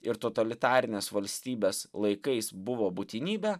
ir totalitarinės valstybės laikais buvo būtinybė